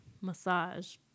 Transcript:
massage